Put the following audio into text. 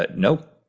ah no.